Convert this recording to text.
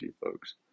folks